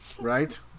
right